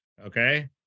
Okay